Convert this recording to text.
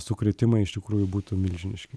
sukrėtimai iš tikrųjų būtų milžiniški